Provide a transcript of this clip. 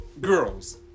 girls